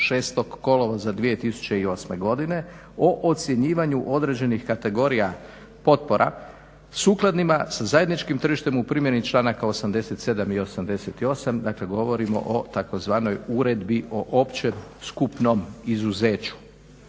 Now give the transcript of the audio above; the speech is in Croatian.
od 6. kolovoza 2008. godine o ocjenjivanju određenih kategorija potpora sukladnima sa zajedničkim tržištem u primjeni članaka 87. i 88. Dakle, govorimo o tzv. Uredbi o općem skupnom izuzeću.